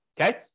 okay